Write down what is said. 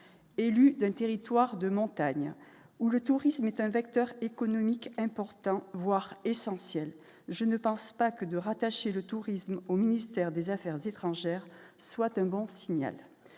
élu d'un territoire de montagne où le tourisme est un vecteur économique important, voire essentiel, je ne pense pas que de rattacher le tourisme au ministère des Affaires étrangères, soit un bon signal,